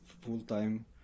full-time